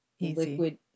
liquid